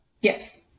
Yes